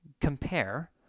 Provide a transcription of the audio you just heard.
compare